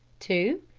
two.